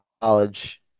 college